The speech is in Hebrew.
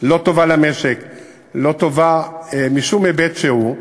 לא טובה למשק, לא טובה משום היבט שהוא,